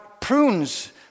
prunes